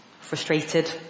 frustrated